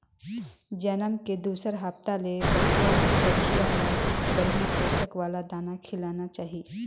जनम के दूसर हप्ता ले बछवा, बछिया ल बड़िहा पोसक वाला दाना खिलाना चाही